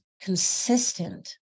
consistent